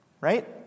Right